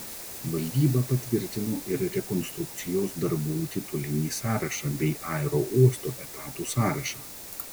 valdyba patvirtino ir rekonstrukcijos darbų titulinį sąrašą bei aerouosto etatų sąrašą